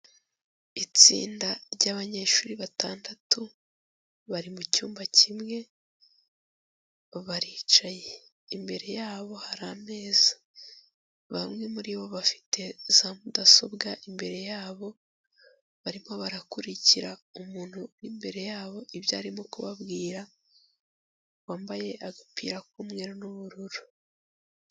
Itsinda ry'abanyeshuri batandatu bari mu cyumba kimwe, baricaye imbere yabo hari ameza, bamwe muri bo bafite za mudasobwa, imbere yabo barimo barakurikira umuntu uri imbere yabo ibyo arimo kubabwira, wambaye agapira k'umweru n'ubururu.